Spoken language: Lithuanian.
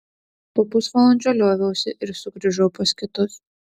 po pusvalandžio lioviausi ir sugrįžau pas kitus